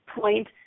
point